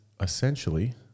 essentially